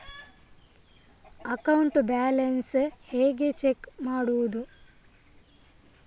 Account balance ಹೇಗೆ check ಮಾಡುವುದು?